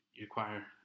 require